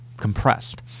compressed